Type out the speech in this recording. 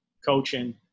coaching